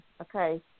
okay